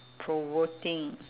provoking